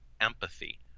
empathy